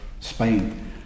Spain